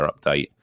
update